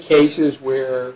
cases where